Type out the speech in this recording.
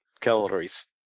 calories